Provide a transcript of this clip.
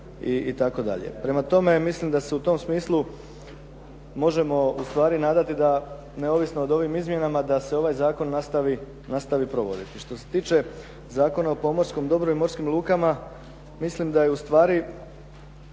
itd.. Prema tome, mislim da se u tom smislu možemo ustavri nadati da neovisno od ovim izmjenama da se ovaj zakon nastavi provoditi. Što se tiče Zakona o pomorskom dobru i morskim lukama mislim da je ustvari,